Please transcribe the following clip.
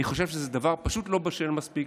אני חושב שזה דבר פשוט לא בשל מספיק,